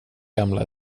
gamla